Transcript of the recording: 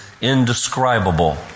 indescribable